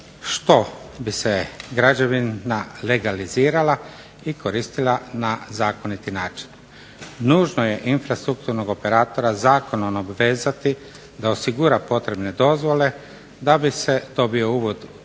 što bi se građevina legalizirala i koristila na zakoniti način. Nužno je infrastrukturnog operatora zakonom obvezati da osigura potrebne dozvole da bi se dobio uvid u